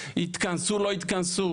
יתכנסו או לא יתכנסו.